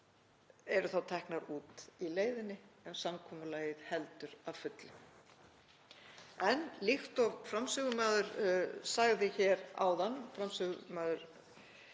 eru þá teknar út í leiðinni en samkomulagið heldur að fullu. En líkt og framsögumaður sagði hér áðan,